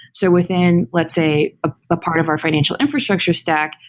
so within let's say, a part of our financial infrastructure stack,